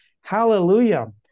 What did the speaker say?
hallelujah